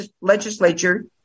legislature